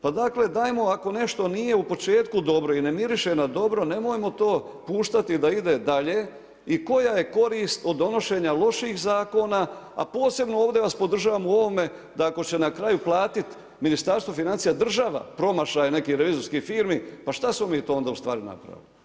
Pa dakle, dajmo, ako nešto nije u početku dobro i ne miriše na dobro, nemojmo to puštati da ide dalje, i koja je korist od donošenja loših zakona, a posebno ovdje vas podržavam u ovome, da ako će na kraju platiti Ministarstvo financija, država, promašaja nekih revizorskih firmi, pa što smo onda to mi ustvari napravili.